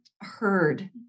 heard